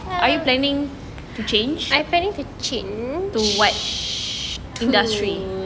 are you planning to change to what industry